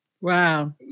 Wow